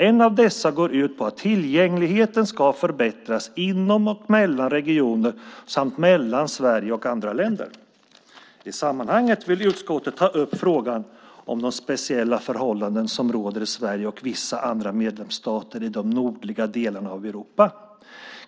En av dessa går ut på att tillgängligheten ska förbättras inom och mellan regioner samt mellan Sverige och andra länder. I sammanhanget vill utskottet ta upp frågan om de speciella förhållanden som råder i Sverige och vissa andra medlemsstater i de nordliga delarna av EU.